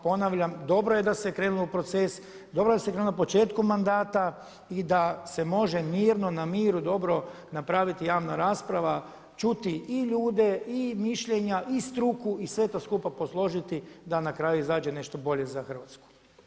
Ponavljam, dobro je da se krenulo u proces, dobro je da se krenulo na početku mandata i da se može mirno na miru dobro napraviti javna rasprava, čuti i ljude i mišljenja i struku i sve to skupa posložiti da na kraju izađe nešto bolje za Hrvatsku.